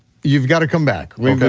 you've gotta come back okay.